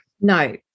No